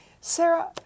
Sarah